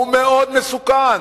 הוא מאוד מסוכן,